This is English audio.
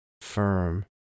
firm